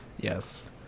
yes